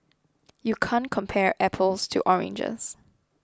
you can't compare apples to oranges